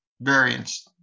variants